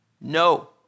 No